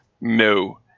No